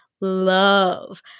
love